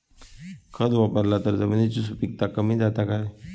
खत वापरला तर जमिनीची सुपीकता कमी जाता काय?